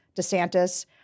DeSantis